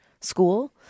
school